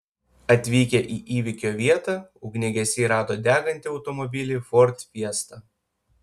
atvykę į įvykio vietą ugniagesiai rado degantį automobilį ford fiesta